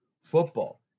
football